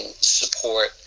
support